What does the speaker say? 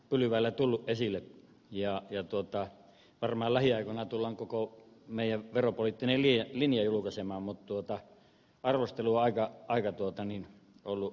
pylväillä tullut esille ja tietoutta perimälähiaikoina tullaan koko menee vero voitti neljä linja julkaisema mu tuota arvostelua ja aidatulta samaa mieltä